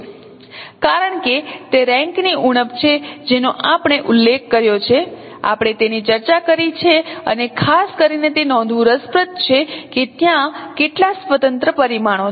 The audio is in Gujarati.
કારણ કે તે રેન્ક ની ઊણપ છે જેનો આપણે ઉલ્લેખ કર્યો છે આપણે તેની ચર્ચા કરી છે અને ખાસ કરીને તે નોંધવું રસપ્રદ છે કે ત્યાં કેટલા સ્વતંત્ર પરિમાણો છે